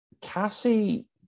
Cassie